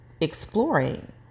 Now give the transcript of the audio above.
exploring